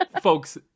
folks